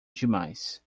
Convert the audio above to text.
demais